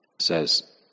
says